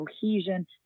cohesion